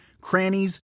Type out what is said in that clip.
crannies